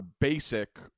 basic